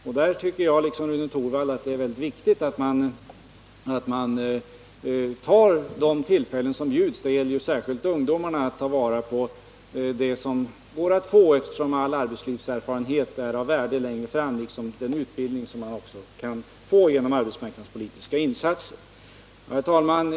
Liksom Rune Torwald tycker jag det är mycket viktigt att man tar till vara de tillfällen som bjuds — det gäller särskilt ungdomarna — eftersom all arbetslivserfarenhet är av värde längre fram liksom den utbildning man kan få genom arbetsmarknadspolitiska insatser. Herr talman!